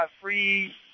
free